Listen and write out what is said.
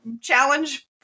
challenge